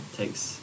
takes